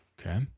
Okay